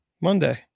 Monday